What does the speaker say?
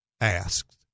asked